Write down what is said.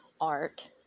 art